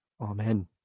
Amen